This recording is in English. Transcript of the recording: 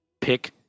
Pick